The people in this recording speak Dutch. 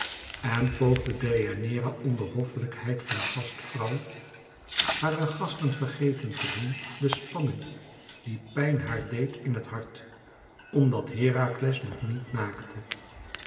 en poogde deianeira onder hoffelijkheid van gastvrouw hare gasten vergeten te doen de spanning die pijn haar deed in het hart omdat herakles nog niet naakte